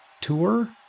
tour